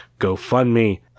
GoFundMe